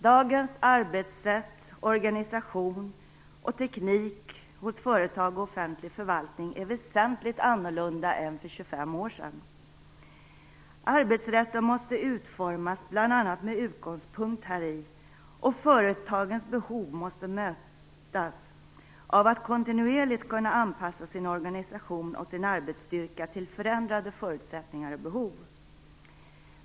Dagens arbetssätt, organisation och teknik hos företag och offentlig förvaltning är väsentligt annorlunda än för 25 år sedan. Arbetsrätten måste utformas bl.a. med utgångspunkt häri, och företagens behov måste mötas av att kontinuerligt kunna anpassa sin organisation och sin arbetsstyrka till förändrade förutsättningar och behov.